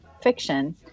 fiction